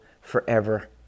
forever